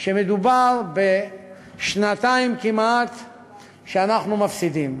שמדובר בכשנתיים שאנחנו מפסידים.